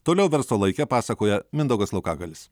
toliau verslo laike pasakoja mindaugas laukagalis